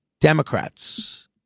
Democrats